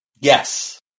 Yes